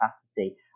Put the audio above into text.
capacity